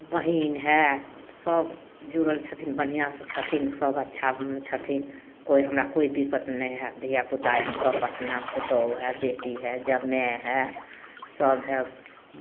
बहिन हइ सभ जुड़ल छथिन बढ़िआँसँ छथिन सभ अच्छा छथिन कोइ हमरा कोइ दिक्कत नहि हइ धिआपुता अइ सभ अपना पुतौहु हइ बेटी हइ जमाइ हइ सभ हइ